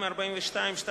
142(2)